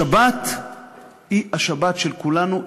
השבת היא השבת של כולנו,